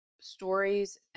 stories